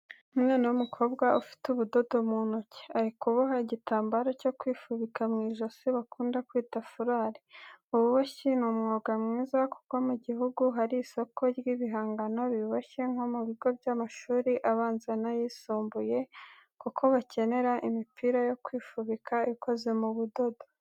Umwana w'umukobwa ufite ubududo mu ntoki, ari kuboha igitambaro cyo kwifubika mu ijosi bakunda kwita furari. Ububoshyi ni umwuga mwiza kuko mu gihugu hari isoko ry'ibihangano biboshye nko mu bigo by'amashuri abanza n'ayisumbuye, kuko bakenera imipira yo kwifubika ikoze mu budodo.